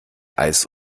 eis